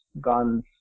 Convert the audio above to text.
guns